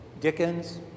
Dickens